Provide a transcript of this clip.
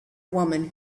woman